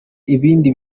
ibindi